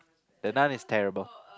the Nun is terrible